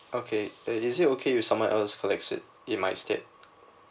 okay uh is it okay with someone else collects it in my state